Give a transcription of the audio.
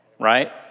right